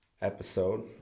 episode